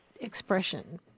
expression